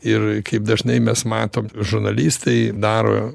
ir kaip dažnai mes matom žurnalistai daro